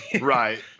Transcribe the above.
right